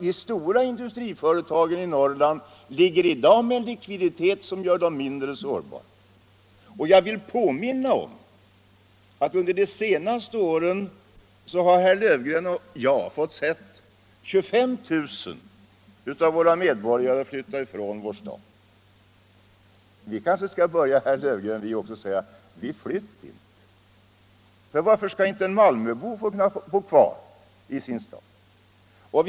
De stora industriföretagen i Norrland ligger i dag med en likviditet som gör dem mindre sårbara. Jag vill påminna om att under de senaste åren har herr Löfgren och jag fått se 25 000 personer flytta från vår stad. Vi kanske också skall börja säga: Vi flytt” int”! Varför skall inte en malmöbo kunna bo kvar i sin stad?